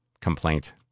complaint